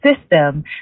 system